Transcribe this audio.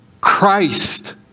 Christ